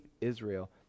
Israel